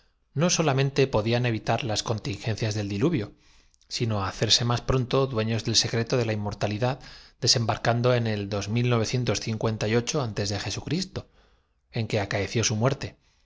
no solamente podían evitar las contin gencias del diluvio sino hacerse más pronto dueños del secreto de la inmortalidad desembarcando en á nadie saborear el antes de en que acaeció su muerte